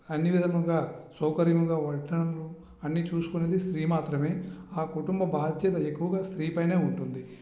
అన్ని విధములుగా సౌకర్యంగా వడ్ఢనలు అన్ని చూసుకునేది స్త్రీ మాత్రమే ఆ కుటుంబ బాధ్యత ఎక్కువగా స్త్రీ పైనే ఉంటుంది